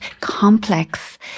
complex